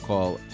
Call